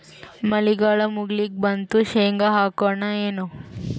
ಮಳಿಗಾಲ ಮುಗಿಲಿಕ್ ಬಂತು, ಶೇಂಗಾ ಹಾಕೋಣ ಏನು?